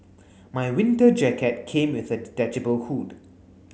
my winter jacket came with a detachable hood